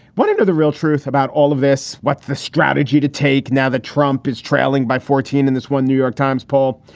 and the real truth about all of this. what's the strategy to take now that trump is trailing by fourteen in this one new york times poll?